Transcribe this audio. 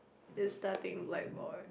is starting like